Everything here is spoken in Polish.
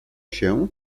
się